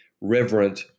reverent